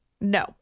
No